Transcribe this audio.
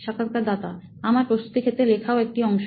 সাক্ষাৎকারদাতা আমার প্রস্তুতির ক্ষেত্রে লেখাও একটা অংশ